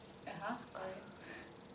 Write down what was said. (uh huh) sorry